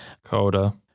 coda